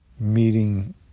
meeting